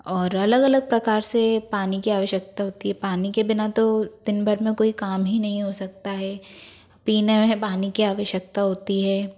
और अलग अलग प्रकार से पानी की आवश्यकता होती है पानी के बिना तो दिन भर में कोई काम ही नहीं हो सकता है पीने है पानी की आवश्यकता होती है